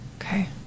Okay